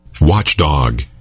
Watchdog